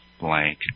blank